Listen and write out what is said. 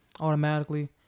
Automatically